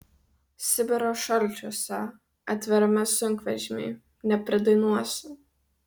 sibiro šalčiuose atvirame sunkvežimy nepridainuosi